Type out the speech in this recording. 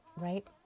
right